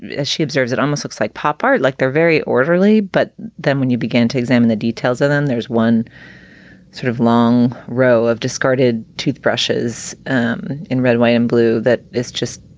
as she observes, it almost looks like pop art, like they're very orderly. but then when you begin to examine the details, then there's one sort of long row of discarded toothbrushes um in red, white and blue. that is just